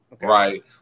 right